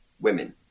women